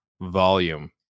volume